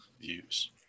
views